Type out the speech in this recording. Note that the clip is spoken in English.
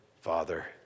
Father